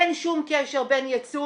אין שום קשר בין ייצוא